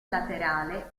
laterale